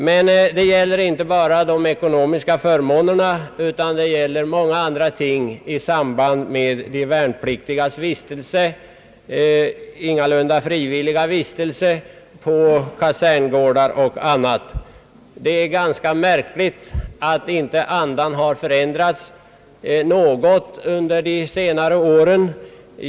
Men det gäller inte bara de ekonomiska förmånerna, utan det gäller många andra ting i samband med den värnpliktiges ingalunda frivilliga vistelse på kaserngårdar och annorstädes i det militära. Det är ganska märkligt att inte andan har förändrats alls under de senare åren.